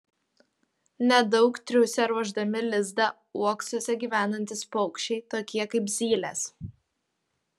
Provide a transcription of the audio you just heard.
nedaug triūsia ruošdami lizdą uoksuose gyvenantys paukščiai tokie kaip zylės